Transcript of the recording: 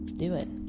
do it.